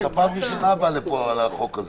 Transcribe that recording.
כי אתה בפעם הראשונה בא לפה על החוק הזה.